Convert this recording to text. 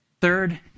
third